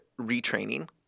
retraining